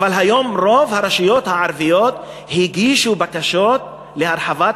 אבל היום רוב הרשויות הערביות הגישו בקשות להרחבה,